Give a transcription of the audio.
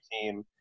team